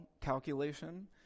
calculation